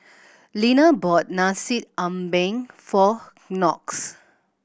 Linna bought Nasi Ambeng for Knox